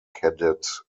cadet